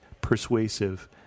persuasive